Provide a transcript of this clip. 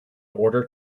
order